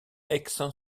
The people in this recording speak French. aix